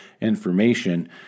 information